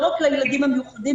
לא רק לילדים המיוחדים,